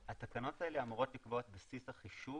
התקנות האלה אמורות לקבוע את בסיס החישוב,